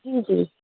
जी जी